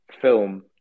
film